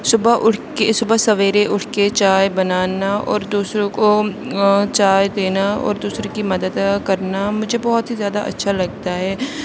صبح اٹھ کے صبح سویرے اٹھ کے چائے بنانا اور دوسروں کو چائے دینا اور دوسروں کی مدد کرنا مجھے بہت ہی زیادہ اچھا لگتا ہے